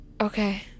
Okay